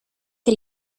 que